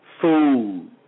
food